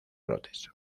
brotes